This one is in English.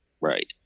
Right